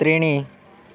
त्रीणि